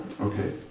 okay